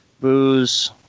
booze